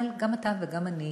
אבל גם אתה וגם אני